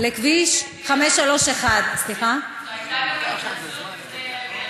לכביש 531. זו הייתה גם התנצלות לפני יעל גרמן?